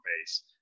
base